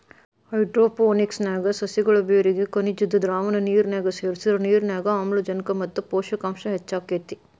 hydroponics ನ್ಯಾಗ ಸಸಿಗಳ ಬೇರಿಗೆ ಖನಿಜದ್ದ ದ್ರಾವಣ ನಿರ್ನ್ಯಾಗ ಸೇರ್ಸಿದ್ರ ನಿರ್ನ್ಯಾಗ ಆಮ್ಲಜನಕ ಮತ್ತ ಪೋಷಕಾಂಶ ಹೆಚ್ಚಾಕೇತಿ